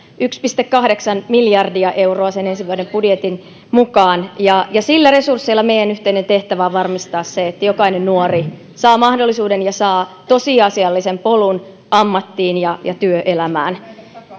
pilkku kahdeksan miljardia euroa ensi vuoden budjetin mukaan sillä resurssilla meidän yhteinen tehtävämme on varmistaa se että jokainen nuori saa mahdollisuuden ja saa tosiasiallisen polun ammattiin ja ja työelämään